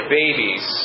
babies